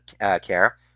care